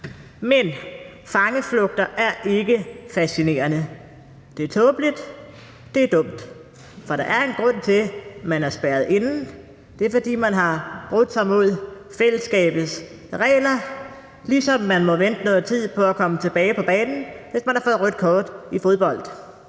Men fangeflugter er ikke fascinerende. Det er tåbeligt, og det er dumt. For der er en grund til, at man er spærret inde. Det er, fordi man har forbrudt sig mod fællesskabets regler – ligesom man må vente noget tid på at komme tilbage på banen, hvis man har fået et rødt kort i fodbold.